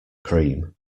cream